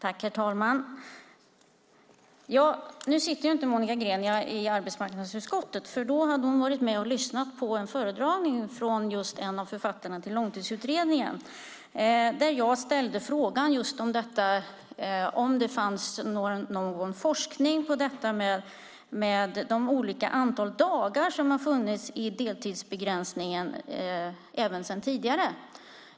Herr talman! Monica Green sitter inte i arbetsmarknadsutskottet. Då hade hon varit med och lyssnat på en föredragning från just en av författarna till Långtidsutredningens rapport. Jag ställde frågan om det fanns någon forskning om det olika antalet dagar som har funnits i deltidsbegränsningen även tidigare.